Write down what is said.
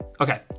Okay